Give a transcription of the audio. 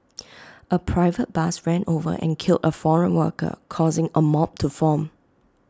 A private bus ran over and killed A foreign worker causing A mob to form